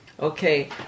okay